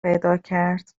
پیداکرد